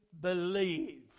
believe